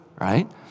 right